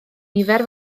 nifer